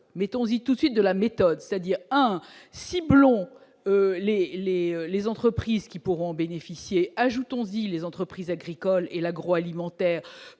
mettant aussi tout de suite de la méthode, c'est-à-dire un ciblons les, les, les entreprises qui pourront en bénéficier, ajoutons y les entreprises agricoles et l'agroalimentaire,